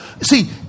See